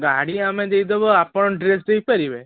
ଗାଡ଼ି ଆମେ ଦେଇ ଦେବୁ ଆପଣ ଡ୍ରେସ୍ ଦେଇପାରିବେ